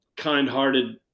kind-hearted